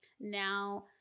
Now